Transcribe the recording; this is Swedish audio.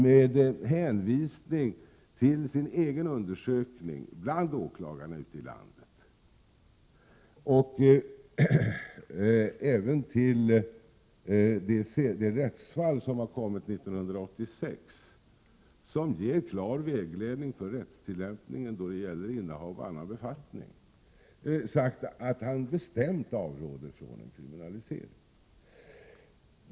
Med hänvisning till sin egen utredning bland åklagarna ute i landet och till de rättsfall som har kommit under år 1986, som ger klar vägledning för rättstillämpningen när det gäller innehav och annan befattning, avråder riksåklagaren bestämt ifrån kriminalisering.